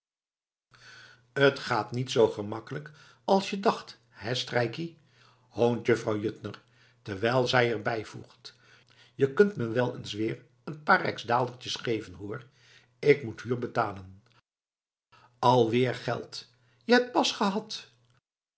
t gaat niet zoo gemakkelijk als je dacht hé strijkkie hoont vrouw juttner terwijl zij er bijvoegt je kunt me wel eens weer een paar rijksdaaldertjes geven hoor k moet huur betalen alweer geld je hebt pas gehad